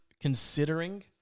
considering